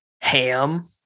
ham